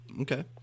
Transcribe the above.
Okay